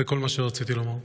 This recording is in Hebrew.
זה כל מה שרציתי לומר.